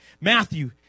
Matthew